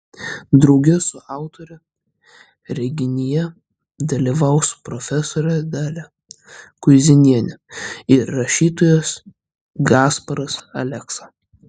drauge su autore renginyje dalyvaus profesorė dalia kuizinienė ir rašytojas gasparas aleksa